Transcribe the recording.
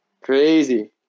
crazy